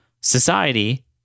society